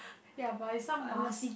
ya but it's some mask